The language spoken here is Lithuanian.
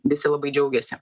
visi labai džiaugiasi